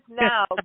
now